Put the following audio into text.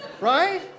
right